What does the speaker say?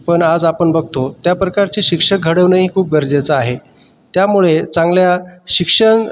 पण आज आपण बघतो त्या प्रकारचे शिक्षक घडवणे ही खूप गरजेचं आहे त्यामुळे चांगल्या शिक्षण